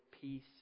peace